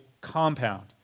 compound